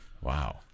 Wow